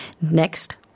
Next